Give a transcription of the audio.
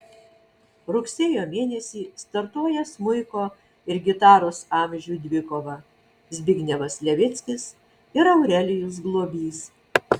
rugsėjo mėnesį startuoja smuiko ir gitaros amžių dvikova zbignevas levickis ir aurelijus globys